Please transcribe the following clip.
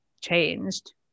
changed